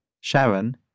Sharon